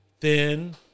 thin